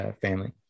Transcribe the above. family